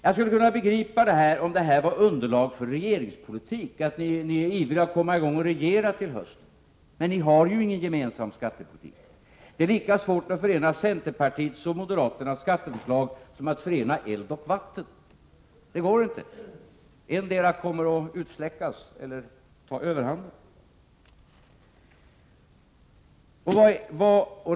Jag skulle kunna begripa det hela om det rörde sig om att skapa underlag för en regeringspolitik och om ni är ivriga att komma i gång att regera till hösten. Men ni har ju ingen gemensam skattepolitik. Det är lika svårt att förena centerpartiets och moderata samlingspartiets skattepolitik som att förena eld och vatten. Det går inte — endera förslaget kommer att ta överhanden.